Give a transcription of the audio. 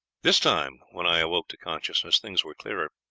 this time, when i awoke to consciousness, things were clearer.